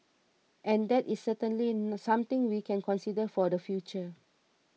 and that is certainly something we can consider for the future